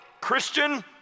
Christian